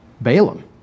Balaam